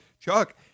Chuck